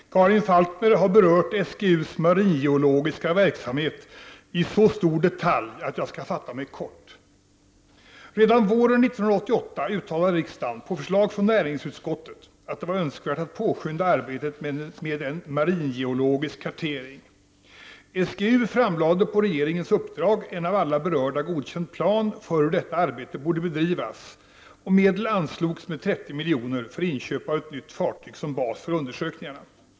Herr talman! Karin Falkmer har berört SGU:s maringeologiska verksamhet i så stor detalj att jag skall fatta mig kort. Redan våren 1988 uttalade riksdagen på förslag av näringsutskottet att det var önskvärt att påskynda arbetet med en maringeologisk kartering. SGU framlade på regeringens uppdrag en av alla berörda godkänd plan för hur detta arbete borde bedrivas, och 30 milj.kr. anslogs för inköp av ett nytt fartyg som bas för undersökningarna.